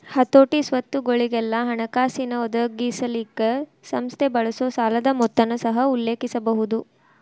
ಹತೋಟಿ, ಸ್ವತ್ತುಗೊಳಿಗೆಲ್ಲಾ ಹಣಕಾಸಿನ್ ಒದಗಿಸಲಿಕ್ಕೆ ಸಂಸ್ಥೆ ಬಳಸೊ ಸಾಲದ್ ಮೊತ್ತನ ಸಹ ಉಲ್ಲೇಖಿಸಬಹುದು